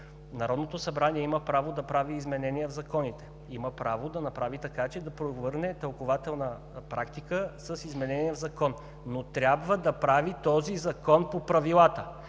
Народното събрание има право да прави изменения в законите. Има право да направи така, че да преобърне тълкувателна практика с изменение в закон, но трябва да прави този закон по правилата.